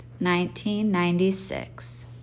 1996